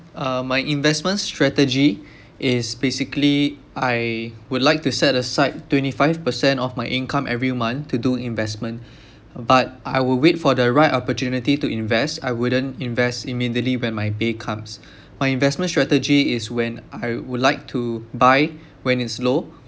uh my investment strategy is basically I would like to set aside twenty five per cent of my income every month to do investment but I will wait for the right opportunity to invest I wouldn't invest immediately when my pay comes my investment strategy is when I would like to buy when it's low